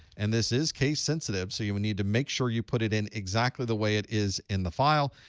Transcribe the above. and this is case sensitive so you need to make sure you put it in exactly the way it is in the file.